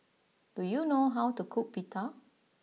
do you know how to cook Pita